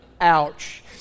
ouch